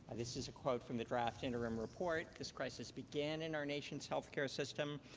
and this is a quote from the draft interim report. this crisis began in our nation's health care system.